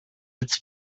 its